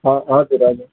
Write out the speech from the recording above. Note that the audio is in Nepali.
ह हजुर हजुर